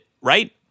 right